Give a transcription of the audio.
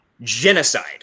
genocide